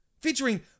featuring